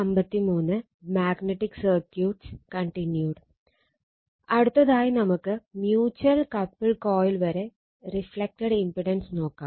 അടുത്തതായി നമുക്ക്അടുത്തതായി നമുക്ക് മ്യൂച്ചൽ കപിൾ കോയിൽ വരെ റിഫ്ളക്റ്റഡ് ഇമ്പിടൻസ് നോക്കാം